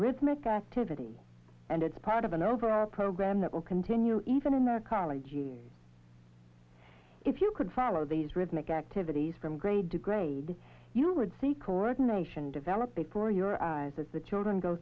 rhythmic activity and it's part of an overall program that will continue even in their college years if you could follow these rhythmic activities from grade to grade you would see coordination develop before your eyes as the children go